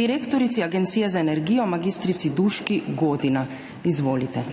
direktorici Agencije za energijo mag. Duški Godina. Izvolite.